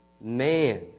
man